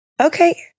Okay